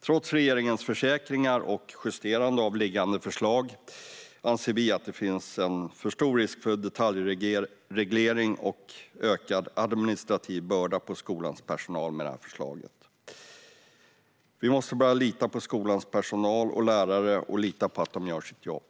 Trots regeringens försäkringar och justering av liggande förslag anser vi att det finns en stor risk för en detaljreglering och en ökad administrativ börda för skolans personal. Vi måste börja lita på skolans personal och lärare och lita på att de gör sitt jobb.